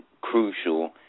crucial